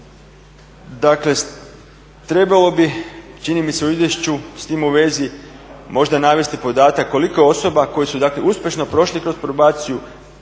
Dakle, trebalo bi čini mi se u izvješću s tim u vezi možda navesti podatak koliko osoba koje su dakle uspješno prošli kroz probaciju